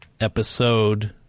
episode